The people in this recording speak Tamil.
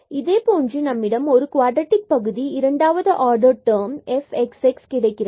இதே போன்று நம்மிடம் ஒரு குவாட்டர்டிக் பகுதி இரண்டாவது ஆர்டர் டெர்ம் fxx கிடைக்கிறது